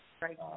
Right